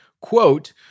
Quote